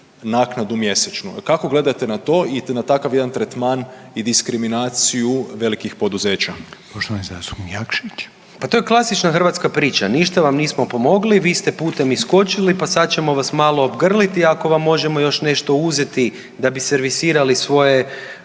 naknadu mjesečnu. Kako gledate na to i na takav jedan tretman i diskriminaciju velikih poduzeća? **Reiner, Željko (HDZ)** Poštovani zastupnik Jakšić. **Jakšić, Mišel (SDP)** Pa to je klasična hrvatska priča, ništa vam nismo pomogli, vi ste putem iskočili pa sad ćemo vas malo obgrliti, ako vam možemo još nešto uzeti da bi servisirali svoje